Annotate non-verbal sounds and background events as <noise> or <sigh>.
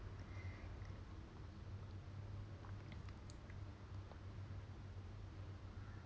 <noise>